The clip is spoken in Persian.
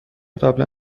قبلا